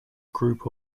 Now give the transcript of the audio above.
group